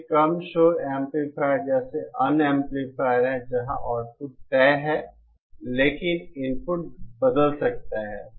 फिर कम शोर एम्पलीफायर जैसे अन्य एम्पलीफायर हैं जहां आउटपुट तय है लेकिन इनपुट बदल सकता है